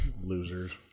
Losers